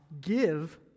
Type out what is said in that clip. give